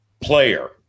player